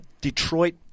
Detroit